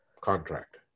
contract